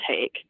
take